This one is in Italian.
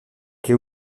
che